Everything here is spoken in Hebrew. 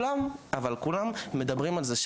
כולם, אבל כולם מדברים על זה.